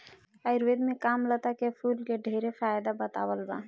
आयुर्वेद में कामलता के फूल के ढेरे फायदा बतावल बा